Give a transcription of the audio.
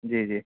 جی جی